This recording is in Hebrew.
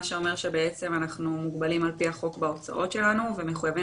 מה שאומר שאנחנו מוגבלים על פי החוק בהוצאות שלנו ומחויבים